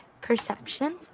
Perception